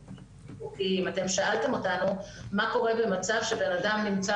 אתם שאלתם אותנו מה קורה במצב שבנאדם נמצא